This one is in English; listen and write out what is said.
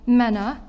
manner